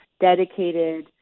dedicated